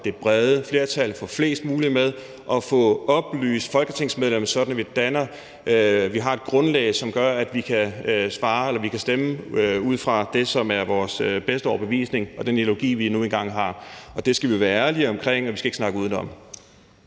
det brede flertal, at få flest mulige med og få oplyst folketingsmedlemmerne, sådan at vi har et grundlag, som gør, at vi kan stemme ud fra det, som er vores bedste overbevisning, og den ideologi, vi nu engang har, og det skal vi jo være ærlige omkring, og vi skal ikke snakke udenom.